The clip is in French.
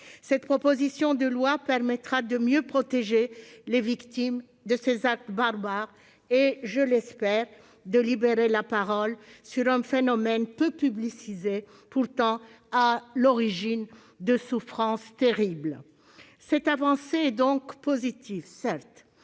Cette proposition de loi permettra de mieux protéger les victimes de ces actes barbares et, je l'espère, de libérer la parole sur un phénomène peu publicisé, pourtant à l'origine de souffrances terribles. Certes, une telle avancée est donc positive. Mais